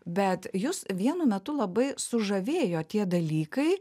bet jus vienu metu labai sužavėjo tie dalykai